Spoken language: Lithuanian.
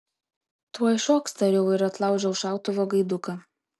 tuoj šoks tariau ir atlaužiau šautuvo gaiduką